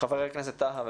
חבר הכנסת ווליד טאהא.